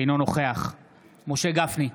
אינו נוכח משה גפני,